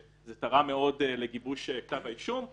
זה תרם מאוד לגיבוש כתב האישום.